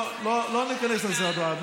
לא ניכנס לזה הפעם.